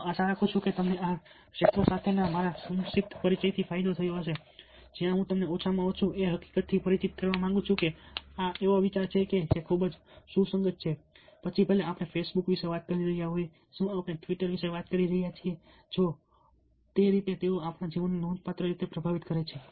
હું આશા રાખું છું કે તમને આ ક્ષેત્ર સાથેના મારા સંક્ષિપ્ત પરિચયથી ફાયદો થયો હશે જ્યાં હું તમને ઓછામાં ઓછું એ હકીકતથી પરિચિત કરાવવા માંગુ છું કે આ એક એવો વિસ્તાર છે જે ખૂબ જ સુસંગત છે પછી ભલે આપણે ફેસ બુક વિશે વાત કરી રહ્યા હોઈએ શું આપણે ટ્વીટર વિશે વાત કરી રહ્યા છીએ જે રીતે તેઓ આપણા જીવનને નોંધપાત્ર રીતે પ્રભાવિત કરે છે